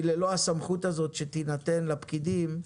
ללא הסמכות הזאת שתינתן לפקידים,